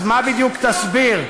אז מה בדיוק תסביר,